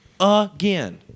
Again